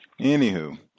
Anywho